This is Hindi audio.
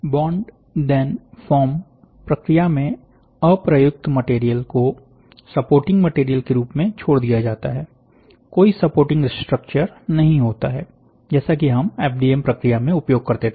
बॉन्ड धेन फॉर्म प्रक्रिया में अप्रयुक्त मटेरियल को सपोर्टिंग मटेरियल के रूप में छोड़ दिया जाता हैकोई सपोर्टिंग स्ट्रक्चर नहीं होता है जैसा कि हम एमडीएम प्रक्रिया में उपयोग करते थे